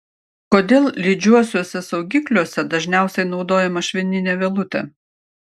kodėl lydžiuosiuose saugikliuose dažniausiai naudojama švininė vielutė